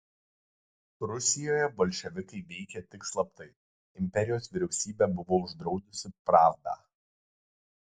rusijoje bolševikai veikė tik slaptai imperijos vyriausybė buvo uždraudusi pravdą